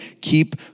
keep